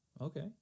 okay